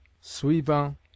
suivant